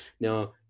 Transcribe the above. now